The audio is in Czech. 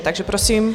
Takže prosím.